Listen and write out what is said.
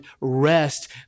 rest